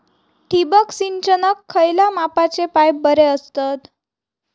ठिबक सिंचनाक खयल्या मापाचे पाईप बरे असतत?